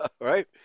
Right